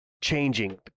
changing